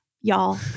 y'all